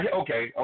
okay